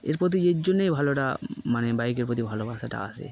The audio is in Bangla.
এর প্রতি এর জন্যেই ভালোটা মানে বাইকের প্রতি ভালোবাসাটা আসে